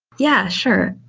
yeah, sure.